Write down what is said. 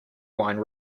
wine